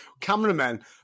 cameramen